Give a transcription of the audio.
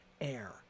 Air